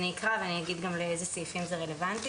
אני אקרא ואני גם אומר לאיזה סעיפים זה רלוונטי.